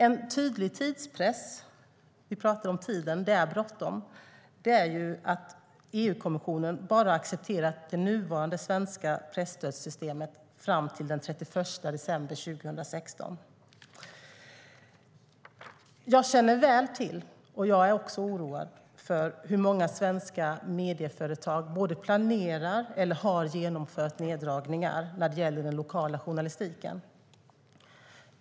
En tydlig tidspress - vi pratar om tiden; det är bråttom - är att EU-kommissionen bara accepterar det nuvarande svenska presstödssystemet fram till den 31 december 2016. Jag känner väl till och är också oroad för att många svenska medieföretag planerar eller har genomfört neddragningar när det gäller den lokala journalistiken.